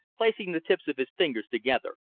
placing the tips of his fingers together.